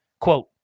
Quote